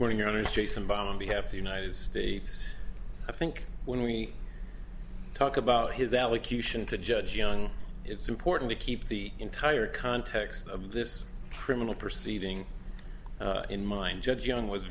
when you're on the streets and bomb on behalf of the united states i think when we talk about his allocution to judge young it's important to keep the entire context of this criminal proceeding in mind judge young was